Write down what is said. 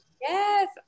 Yes